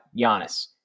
Giannis